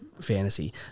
fantasy